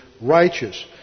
righteous